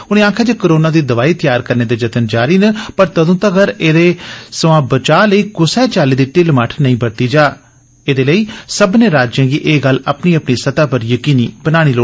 उनें आक्खेआ कोरोना दी दोआई तैआर करने दे जतन जारी न पर जदूं तगर एहदे थमां बचाव लेई कुसै चाल्ली दी ढिल्ल मट्ठ नेई बरती जा एह्दे लेई सब्बने राज्ये गी एह् गल्ल अपनी अपनी सतह् पर जकीनी बनानी होग